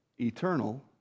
eternal